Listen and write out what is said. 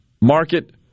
market